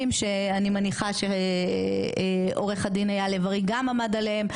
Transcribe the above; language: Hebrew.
שאני מניחה שעורך הדין אייל לב ארי גם עמד עליהם,